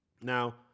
Now